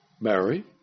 Mary